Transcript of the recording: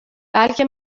بلکه